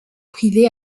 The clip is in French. privé